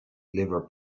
liver